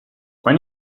when